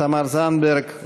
תמר זנדברג,